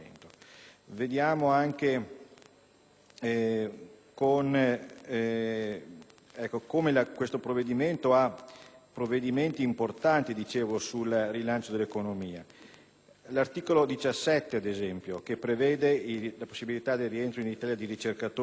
come questo provvedimento contiene norme importanti sul rilancio dell'economia. L'articolo 17, ad esempio, prevede la possibilità del rientro in Italia di ricercatori e docenti con specifici